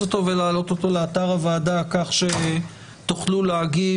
אותו ולהעלות אותו לאתר הוועדה כך שתוכלו להגיב.